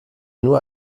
nur